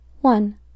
One